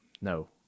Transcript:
no